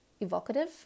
evocative